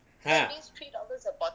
ha